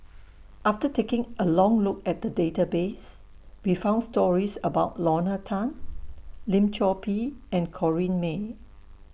after taking A Long Look At The Database We found stories about Lorna Tan Lim Chor Pee and Corrinne May